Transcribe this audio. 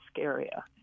area